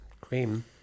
cream